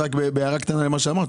בהערה קטנה למה שמיכל אמרה,